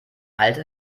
alte